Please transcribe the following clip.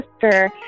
sister